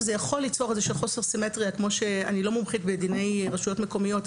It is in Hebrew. אני לא מומחית בדיני רשויות מקומיות,